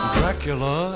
Dracula